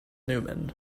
newman